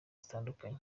zitandura